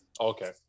Okay